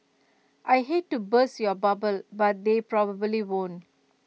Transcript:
I hate to burst your bubble but they probably won't